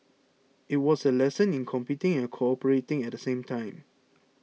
it was a lesson in competing and cooperating at the same time